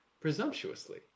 presumptuously